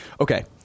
Okay